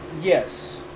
Yes